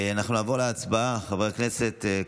אנחנו נעבור להצבעה, חברי הכנסת.